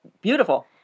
beautiful